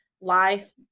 life